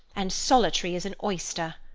and solitary as an oyster.